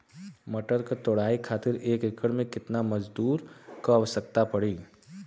मटर क तोड़ाई खातीर एक एकड़ में कितना मजदूर क आवश्यकता पड़ेला?